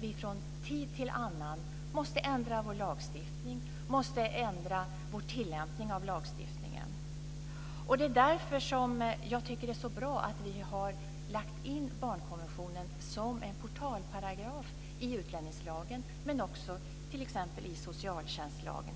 vi från tid till annan måste ändra vår lagstiftning och vår tillämpning av lagstiftningen. Det är också därför jag tycker att det är så bra att vi har lagt in barnkonventionen som en portalparagraf i utlänningslagen och också t.ex. i socialtjänstlagen.